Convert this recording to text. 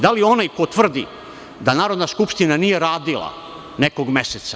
Da li onaj ko tvrdi da Narodna skupština nije radila nekog meseca?